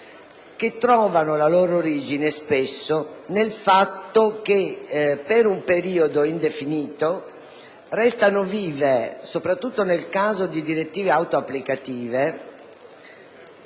che trovano la loro origine spesso nel fatto che per un periodo indefinito restano vive, soprattutto nel caso di direttive autoapplicative...